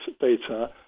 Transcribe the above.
data